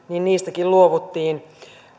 niistäkin luovuttiin